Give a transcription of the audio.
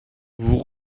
vous